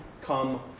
come